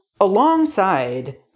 alongside